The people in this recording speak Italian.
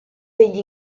degli